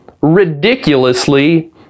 ridiculously